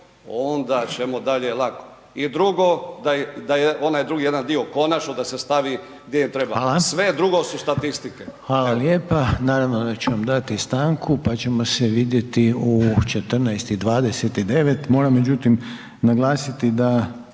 onda ćemo dalje lako. I drugo da je onaj drugi jedan dio konačno da se stavi gdje im treba, sve drugo su statistike. **Reiner, Željko (HDZ)** Hvala lijepa. Naravno da ću vam dati stanku pa ćemo se vidjeti u 14,29. Moram međutim naglasiti da